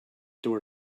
door